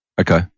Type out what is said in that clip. Okay